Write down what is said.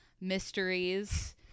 mysteries